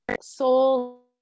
soul